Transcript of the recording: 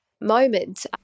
moment